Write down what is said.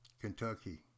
Kentucky